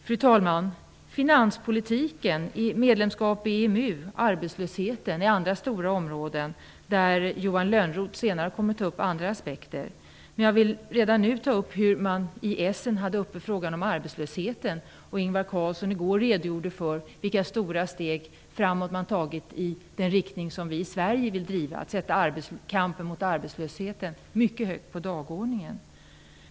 Fru talman! Finanspolitiken, medlemskap i EMU och arbetslösheten är andra stora områden. Johan Lönnroth kommer senare att ta upp andra aspekter på dem. I Essen hade man frågan om arbetslösheten uppe, och Ingvar Carlsson har redogjort för vilka stora steg man har tagit i den riktning som vi i Sverige förordar: att sätta kampen mot arbetslösheten mycket högt på dagordningen.